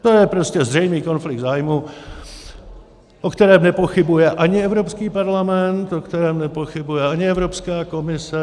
To je prostě zřejmý konflikt zájmů, o kterém nepochybuje ani Evropský parlament, o kterém nepochybuje ani Evropská komise.